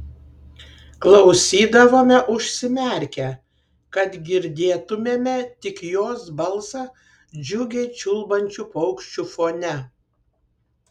klausydavome užsimerkę kad girdėtumėme tik jos balsą džiugiai čiulbančių paukščių fone